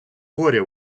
горя